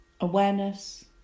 awareness